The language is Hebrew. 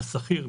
השכיר,